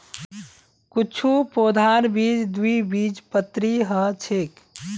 कुछू पौधार बीज द्विबीजपत्री ह छेक